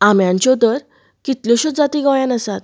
आम्यांच्यो तर कितल्योश्योच जाती गोंयान आसात